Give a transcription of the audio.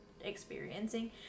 experiencing